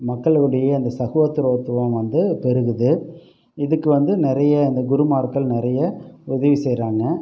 மக்களுடைய அந்த சகோதரத்துவம் வந்து பெருகுது இதுக்கு வந்து நிறைய இந்த குருமார்கள் நிறைய உதவி செய்கிறாங்க